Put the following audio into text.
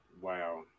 Wow